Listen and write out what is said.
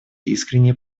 искренние